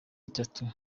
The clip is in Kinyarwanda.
itanu